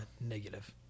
negative